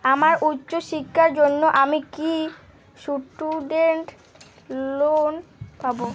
আমার উচ্চ শিক্ষার জন্য আমি কি স্টুডেন্ট লোন পাবো